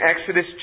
Exodus